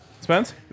Spence